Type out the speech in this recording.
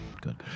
good